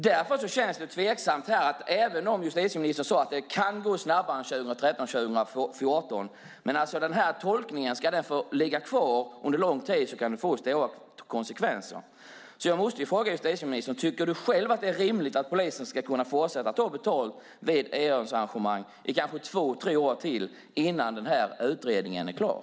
Därför känns det tveksamt, även om justitieministern sade att det kan gå snabbare än 2013 eller 2014. Men ska den här tolkningen få ligga kvar under lång tid kan det få stora konsekvenser. Jag måste fråga justitieministern: Tycker du själv att det är rimligt att polisen ska kunna fortsätta att ta betalt vid idrottsarrangemang i kanske två tre år till innan utredningen är klar?